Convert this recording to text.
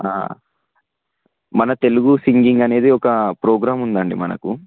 మన తెలుగు సింగింగ్ అనేది ఒక ప్రోగ్రాం ఉందండి మనకు